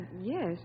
Yes